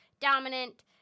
dominant